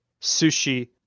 sushi